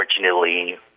Unfortunately